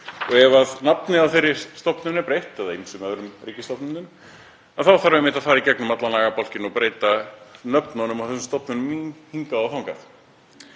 Ef nafninu á þeirri stofnun er breytt eða ýmsum öðrum ríkisstofnunum þá þarf einmitt að fara í gegnum allan lagabálkinn og breyta nöfnum á þessum stofnunum hingað og þangað.